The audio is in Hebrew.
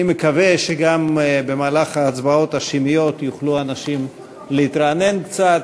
אני מקווה שבמהלך ההצבעות השמיות יוכלו אנשים גם להתרענן קצת.